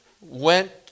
went